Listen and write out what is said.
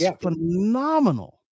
phenomenal